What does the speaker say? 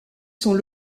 sont